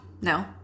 no